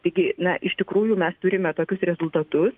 taigi na iš tikrųjų mes turime tokius rezultatus